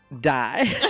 die